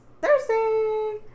Thursday